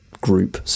group